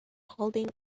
holding